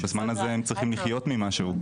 ובזמן הזה הם צריכים לחיות ממשהו.